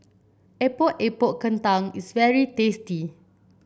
Epok Epok Kentang is very tasty